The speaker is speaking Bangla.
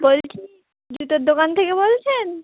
বলছি জুতোর দোকান থেকে বলছেন